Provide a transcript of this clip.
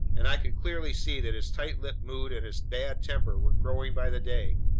and i could clearly see that his tight-lipped mood and his bad temper were growing by the day.